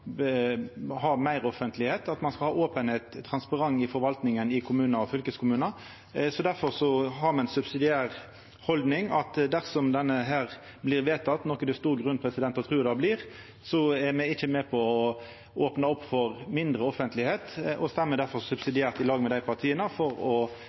ha meir offentlegheit og ei open og transparent forvaltning i kommunar og fylkeskommunar. Difor har me som subsidiær haldning at dersom dette blir vedteke, noko det er stor grunn til å tru det blir, er me ikkje med på å opna opp for mindre offentlegheit. Me stemmer difor subsidiært i lag med dei partia, for ikkje å